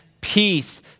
peace